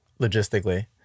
logistically